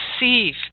receive